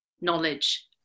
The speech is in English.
knowledge